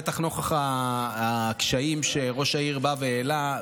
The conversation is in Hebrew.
בטח נוכח הקשיים שראש העיר בא והעלה,